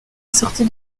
sortie